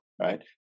right